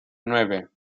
nueve